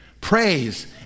praise